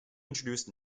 introduced